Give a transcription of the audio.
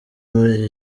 muri